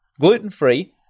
gluten-free